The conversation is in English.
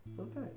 Okay